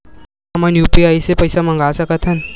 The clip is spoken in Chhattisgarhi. का हमन ह यू.पी.आई ले पईसा मंगा सकत हन?